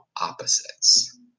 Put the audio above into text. opposites